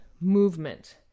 movement